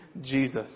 Jesus